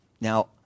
Now